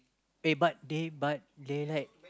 aye but they but they like